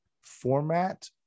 format